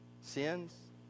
sins